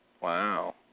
Wow